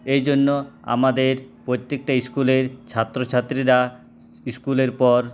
এইজন্য আমাদের প্রত্যেকটা ইস্কুলের ছাত্র ছাত্রীরা ইস্কুলের পর